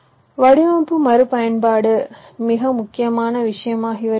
வடிவமைப்பு மறுபயன்பாடு மிக முக்கியமான விஷயமாகி வருகிறது